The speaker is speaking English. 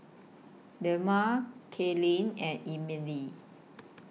Delmar Kaylyn and Emelie